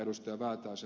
tämä ed